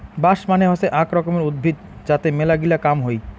বাঁশ মানে হসে আক রকমের উদ্ভিদ যাতে মেলাগিলা কাম হই